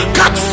cut